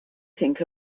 think